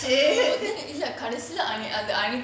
இல்ல கடைசில:illa kadaisila